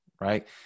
right